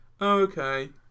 Okay